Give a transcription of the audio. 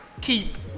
keep